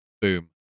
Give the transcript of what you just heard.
boom